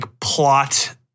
plot